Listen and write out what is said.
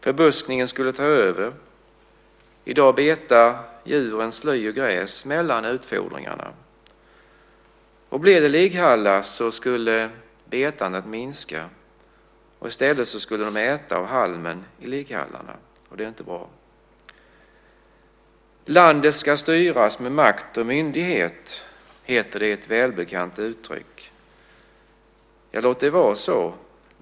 Förbuskningen skulle ta över. I dag betar djuren sly och gräs mellan utfodringarna. Blir det ligghallar skulle betandet minska. I stället skulle de äta av halmen i ligghallarna, och det är inte bra. Landet ska styras med makt och myndighet, heter det i ett välbekant uttryck. Låt det vara så.